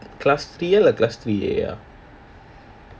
class three or class three A